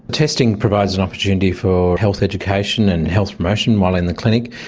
testing provides an opportunity for health education and health promotion while in the clinic.